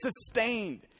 sustained